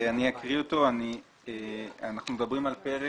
העקרונית שנדונה בדיון ואנחנו באים ואומרים שכתבנו